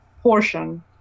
portion